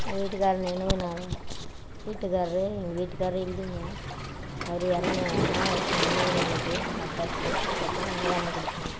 எங்கள் வீட்டுக்கார் நினைவு நாள் வீட்டுக்காரர் எங்கள் வீட்டுக்காரர் இல்லைங்க அவர் இறந்தனா அவருக்கு நினைவு நாளுக்கு நான் பத்து பேத்துக்கு பக்கம் அன்னதானம் கொடுப்பேன்